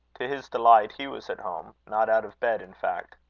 to his delight he was at home not out of bed, in fact.